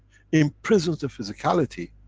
imprisons the physicality.